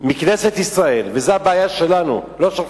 מכנסת ישראל, וזו הבעיה שלנו, לא שלך.